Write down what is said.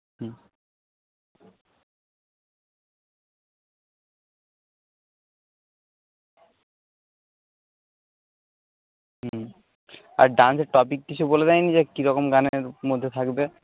হুম হুম আর ডান্সের টপিক কিছু বলে দেয়নি যে কীরকম গানের মধ্যে থাকবে